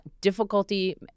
difficulty